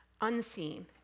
unseen